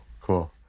Cool